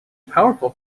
powerful